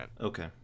okay